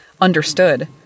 understood